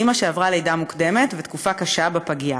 אימא שעברה לידה מוקדמת ותקופה קשה בפגייה.